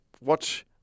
watch